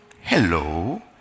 Hello